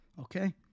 Okay